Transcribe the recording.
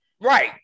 Right